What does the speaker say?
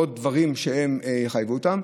עוד דברים שיחייבו אותם.